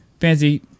fancy